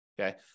okay